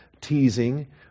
teasing